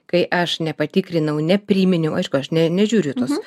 kai aš nepatikrinau nepriminiau aišku aš ne nežiūriu į tuos